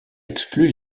exclu